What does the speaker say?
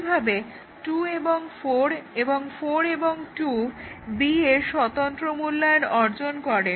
একইভাবে 2 এবং 4 এবং 4 এবং 2 B এর স্বতন্ত্র মূল্যায়ন অর্জন করে